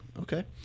Okay